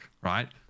right